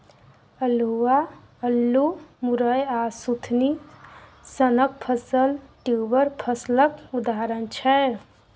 अल्हुआ, अल्लु, मुरय आ सुथनी सनक फसल ट्युबर फसलक उदाहरण छै